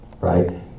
right